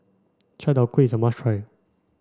Chai Tow Kway is a must try